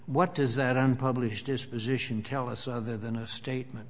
what does that unpublished disposition tell us other than a statement